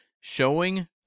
showing